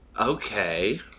Okay